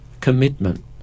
commitment